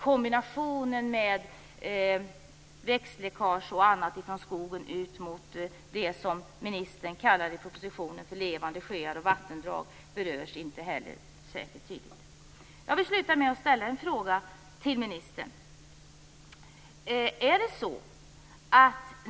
Kombinationen med växtläckage och annat från skogen ut mot det som ministern i propositionen kallar för levande sjöar och vattendrag berörs inte heller särskilt tydligt. Jag vill avsluta med att ställa en fråga till ministern.